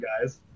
guys